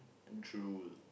drool